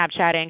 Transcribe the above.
Snapchatting